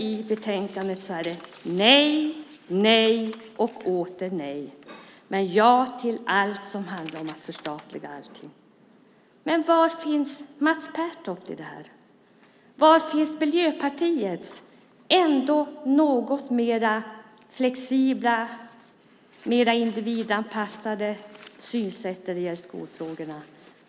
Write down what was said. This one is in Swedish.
I betänkandet säger hon och hennes parti nej och åter nej, men man säger ja till allt som handlar om att förstatliga. Var finns då Mats Pertoft i det här? Var finns Miljöpartiets ändå något mer flexibla och mer individanpassade synsätt i skolfrågorna?